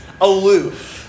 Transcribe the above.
aloof